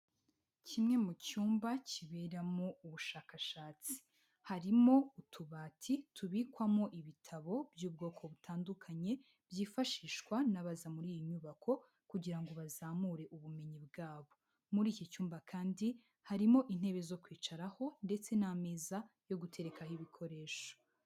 Kimwe mu cyumba kiberamo ubushakashatsi, harimo utubati tubikwamo ibitabo by'ubwoko butandukanye, byifashishwa n'abaza muri iyi nyubako kugira ngo bazamure ubumenyi bwabo, muri iki cyumba kandi harimo intebe zo kwicaraho ndetse n'ameza yo guterekaho ibikoresho.